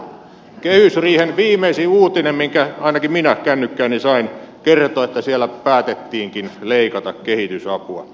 kehysriihen viimeisin uutinen minkä ainakin minä kännykkääni sain kertoo että siellä päätettiinkin leikata kehitysapua